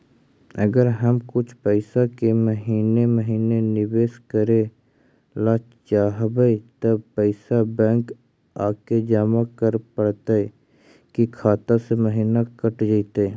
अगर हम कुछ पैसा के महिने महिने निबेस करे ल चाहबइ तब पैसा बैक आके जमा करे पड़तै कि खाता से महिना कट जितै?